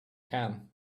can